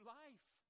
life